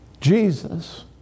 Jesus